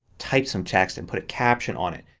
type some text, and put a caption on it.